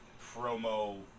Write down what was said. promo